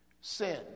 Sin